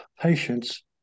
patients